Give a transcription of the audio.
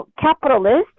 capitalist